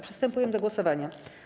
Przystępujemy do głosowania.